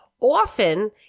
often